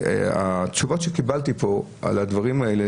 התשובות שקיבלתי פה על הדברים האלה,